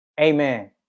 Amen